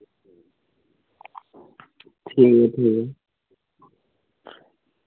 ठीक ऐ ठीक ऐ